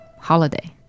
holiday